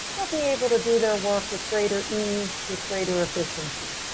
they'll be able to do their work with greater ease with greater efficiency.